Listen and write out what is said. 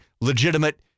legitimate